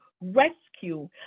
rescue